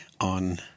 on